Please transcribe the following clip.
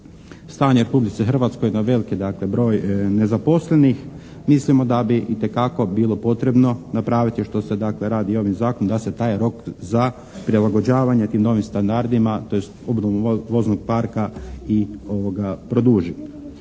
stanje u Republici Hrvatskoj, na veliki dakle broj nezaposlenih mislimo da bi itekako bilo potrebno napraviti što se dakle radi ovim zakonom da se taj rok za prilagođavanje tim novim standardima tj. obnovu voznog parka i produži.